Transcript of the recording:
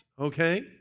okay